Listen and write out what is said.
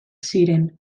ziren